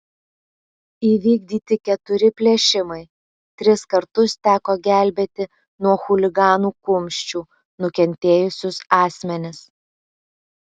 įvykdyti keturi plėšimai tris kartus teko gelbėti nuo chuliganų kumščių nukentėjusius asmenis